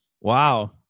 Wow